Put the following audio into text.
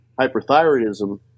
hyperthyroidism